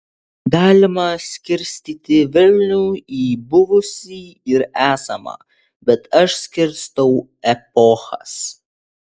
galima skirstyti vilnių į buvusį ir esamą bet aš skirstau epochas